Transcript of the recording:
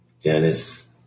Janice